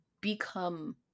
Become